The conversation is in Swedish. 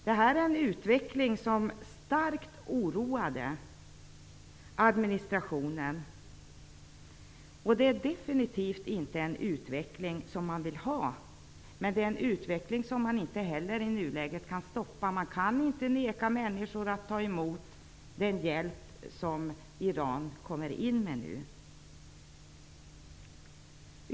Det här är en utveckling som starkt oroar administrationen, och det är definitivt inte en utveckling som man vill ha. Men det är en utveckling som man inte heller i nuläget kan stoppa. Man kan inte neka människor att ta emot den hjälp som Iran kommer in med nu.